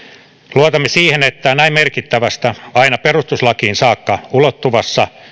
luotamme siihen että näin merkittävässä aina perustuslakiin saakka ulottuvassa